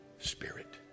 spirit